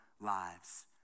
lives